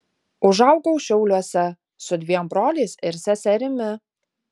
užaugau šiauliuose su dviem broliais ir seserimi